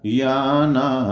yana